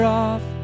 off